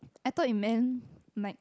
I thought it man make